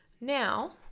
now